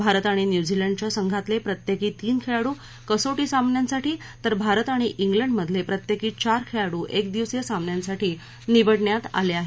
भारत आणि न्यूझीलंडच्या संघातले प्रत्येकी तीन खेळाडू कसोटी सामन्यांसाठी तर भारत आणि इंग्लंडमधले प्रत्येकी चार खेळाडू एकदिवसीय सामन्यांसाठी निवडण्यात आले आहेत